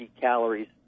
calories